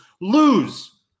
lose